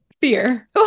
Fear